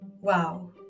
Wow